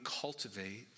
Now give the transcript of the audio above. cultivate